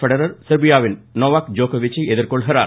Federer செர்பியாவின் Novak ஜோக்கோவிச் சை எதிர்கொள்கிறார்